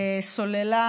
סוללה,